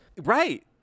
Right